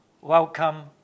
Welcome